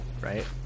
right